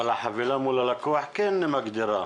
אבל החבילה מול הלקוח כן מגדירה.